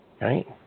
Right